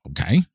okay